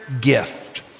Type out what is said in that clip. gift